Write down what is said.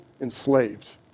enslaved